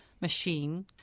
machine